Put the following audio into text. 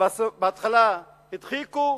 שבהתחלה הדחיקו,